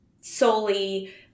solely